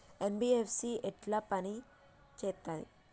NBFC ఎట్ల పని చేత్తది?